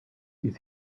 his